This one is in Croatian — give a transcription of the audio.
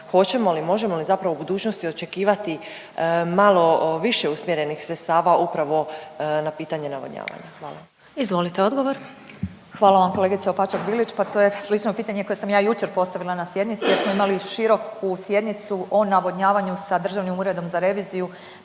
hoćemo li, možemo li zapravo u budućnosti očekivati malo više usmjerenih sredstava upravo na pitanje navodnjavanja. Hvala. **Glasovac, Sabina (SDP)** Izvolite odgovor. **Petir, Marijana (Nezavisni)** Hvala vam kolegice Opačak Bilić, pa to je slično pitanje koje sam ja jučer postavila na sjednici jer smo imali široku sjednicu o navodnjavanju sa Državnim uredom za reviziju,